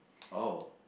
oh